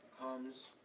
comes